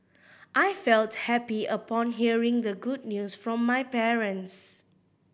I felt happy upon hearing the good news from my parents